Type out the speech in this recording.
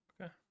Okay